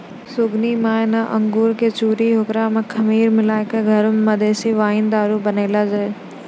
सुगनी माय न अंगूर कॅ चूरी कॅ होकरा मॅ खमीर मिलाय क घरै मॅ देशी वाइन दारू बनाय लै छै